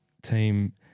Team